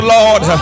Lord